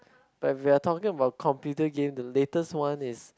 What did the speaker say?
like we are talking about computer game the latest one is